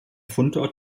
fundort